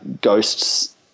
Ghosts